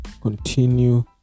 continue